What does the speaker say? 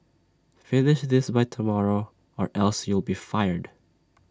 finish this by tomorrow or else you'll be fired